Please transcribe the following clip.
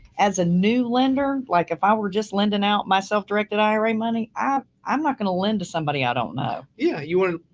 as a new lender, like if i were just lending out my self directed ira money, ah i'm not going to lend to somebody i don't know. yeah. you want to,